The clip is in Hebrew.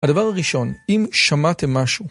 הדבר הראשון אם שמעתם משהו